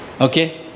Okay